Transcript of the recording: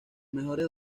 mejores